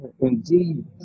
Indeed